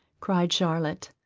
cried charlotte.